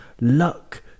luck